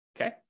okay